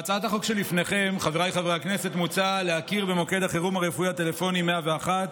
בהצעת החוק שלפניכם מוצע להכיר במוקד החירום הרפואי הטלפוני 101,